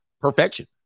perfection